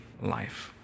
life